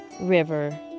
river